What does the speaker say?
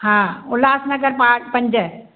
हा उल्हास नगर पांच पंज